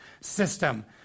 system